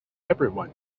everyone